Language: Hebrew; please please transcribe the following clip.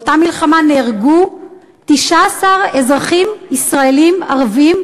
באותה מלחמה נהרגו 19 אזרחים ישראלים ערבים,